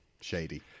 shady